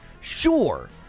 sure